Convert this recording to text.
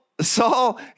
Saul